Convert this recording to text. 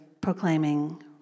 proclaiming